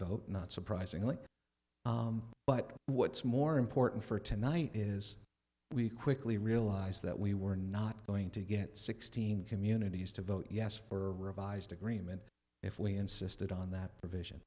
vote not surprisingly but what's more important for tonight is we quickly realized that we were not going to get sixteen communities to vote yes for revised agreement if we insisted on that provision